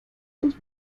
los